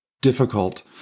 difficult